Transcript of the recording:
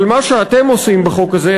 אבל מה שאתם עושים בחוק הזה,